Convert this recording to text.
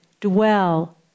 dwell